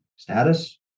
status